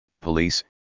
police